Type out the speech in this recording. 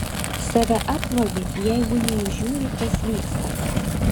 save apvagi jeigu neįžiūri kas vyksta